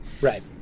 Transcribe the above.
Right